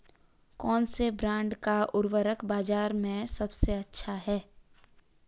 कौनसे ब्रांड का उर्वरक बाज़ार में सबसे अच्छा हैं?